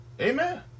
Amen